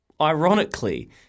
Ironically